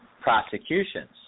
prosecutions